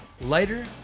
lighter